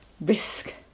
risk